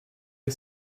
est